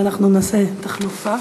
אבל אנחנו נעשה תחלופה,